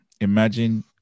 Imagine